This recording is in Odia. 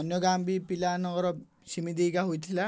ଅନ୍ୟ ଗାଁ ବି ପିଲାମାନଙ୍କର ସେମିତିକା ହୋଇଥିଲା